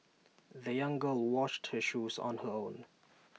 the young girl washed her shoes on her own